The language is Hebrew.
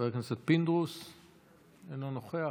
אינו נוכח.